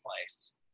place